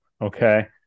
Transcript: okay